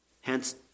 hence